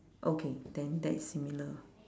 okay then that is similar